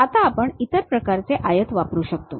आता आपण इतर प्रकारचे आयत वापरू शकतो